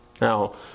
Now